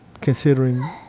considering